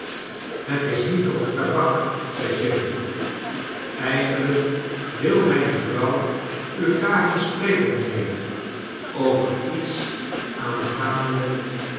het is niet over tabak zei chivery eigenlijk wil mijne vrouw u graag eens spreken mij nheer over iets aangaande